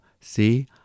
see